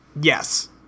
Yes